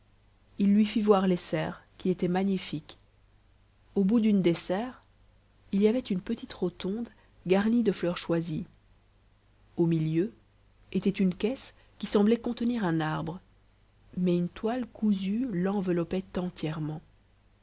il lui fit voir les serres qui étaient magnifiques au bout d'une des serres il y avait une petite rotonde garnie de fleurs choisies au milieu était une caisse qui semblait contenir un arbre mais une toile cousue l'enveloppait entièrement